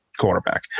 quarterback